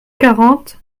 quarante